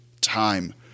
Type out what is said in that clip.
time